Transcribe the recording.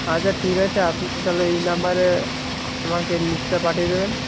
আচ্ছা ঠিক আছে আপনি তাহলে এই নম্বরে আমাকে লিস্টটা পাঠিয়ে দেবেন